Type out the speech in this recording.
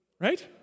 Right